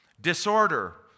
Disorder